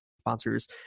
sponsors